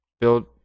build